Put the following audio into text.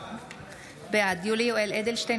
בעד יולי יואל אדלשטיין,